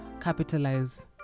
capitalize